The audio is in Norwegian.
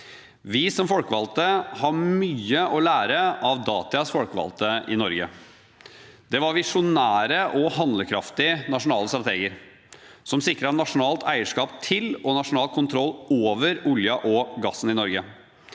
Vi som folkevalgte har mye å lære av datidens folkevalgte i Norge. De var visjonære og handlekraftige nasjonale strateger som sikret nasjonalt eierskap til og nasjonal kontroll over oljen og gassen i Norge.